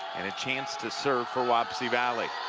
and a chance to serve for wapsie valley.